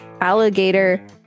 Alligator